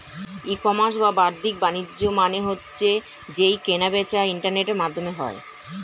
ই commerce বা বাদ্দিক বাণিজ্য মানে হচ্ছে যেই কেনা বেচা ইন্টারনেটের মাধ্যমে হয়